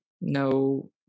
no